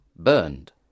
burned